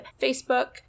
Facebook